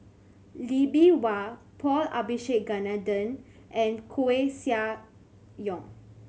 Lee Bee Wah Paul Abisheganaden and Koeh Sia Yong